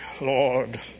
Lord